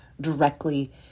directly